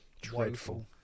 dreadful